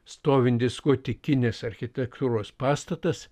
stovintis gotikinės architektūros pastatas